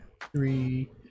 three